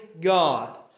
God